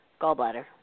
gallbladder